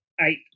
Eight